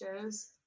shows